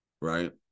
right